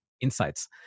insights